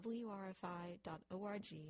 wrfi.org